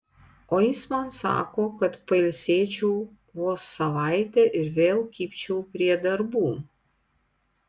o jis man sako kad pailsėčiau vos savaitę ir vėl kibčiau prie darbų